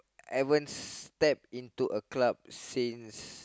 haven't step into a club since